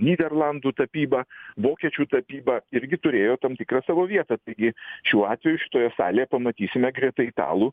nyderlandų tapyba vokiečių tapyba irgi turėjo tam tikrą savo vietą taigi šiuo atveju šitoje salėje pamatysime greta italų